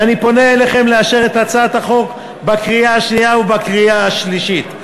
ואני פונה אליכם לאשר את הצעת החוק בקריאה שנייה ובקריאה שלישית.